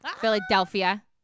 philadelphia